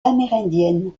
amérindienne